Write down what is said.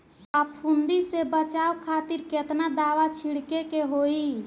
फाफूंदी से बचाव खातिर केतना दावा छीड़के के होई?